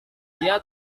dia